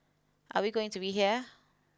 are we going to be here